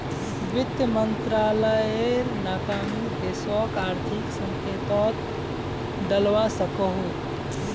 वित मंत्रालायेर नाकामी देशोक आर्थिक संकतोत डलवा सकोह